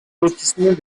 lotissement